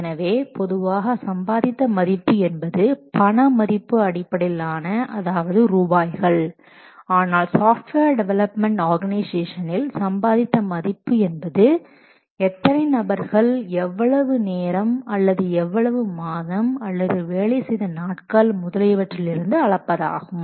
எனவே பொதுவாக சம்பாதித்த மதிப்பு என்பது பணமதிப்பு அடிப்படையிலான அதாவது ரூபாய்கள் ஆனால் சாஃப்ட்வேர் டெவலப்மெண்ட் ஆர்கனைசேஷனில் சம்பாதித்த மதிப்பு என்பது எத்தனை நபர் நபர்கள் எவ்வளவு நேரம் அல்லது எவ்வளவு மாதம் அல்லது வேலை செய்த நாட்கள் முதலியவற்றில் இருந்து அளப்பது ஆகும்